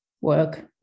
work